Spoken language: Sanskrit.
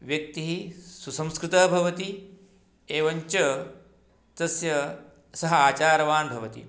व्यक्तिः सुसंस्कृतः भवति एवञ्च तस्य सः आचारवान् भवति